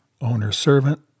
owner-servant